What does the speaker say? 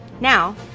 Now